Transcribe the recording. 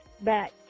back